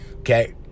Okay